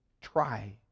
try